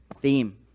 theme